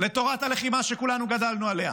לתורת הלחימה שכולנו גדלנו עליה.